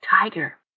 tiger